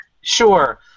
Sure